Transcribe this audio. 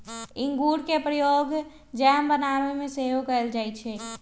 इंगूर के प्रयोग जैम बनाबे में सेहो कएल जाइ छइ